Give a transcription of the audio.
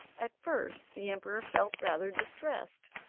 at first the emperor felt rather distressed.